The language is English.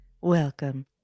Welcome